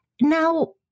Now